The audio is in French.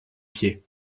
pieds